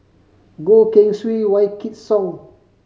Goh Keng Swee Wykidd Song